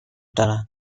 دارند